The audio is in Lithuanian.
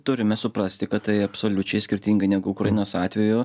turime suprasti kad tai absoliučiai skirtingai negu ukrainos atveju